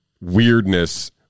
weirdness